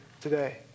today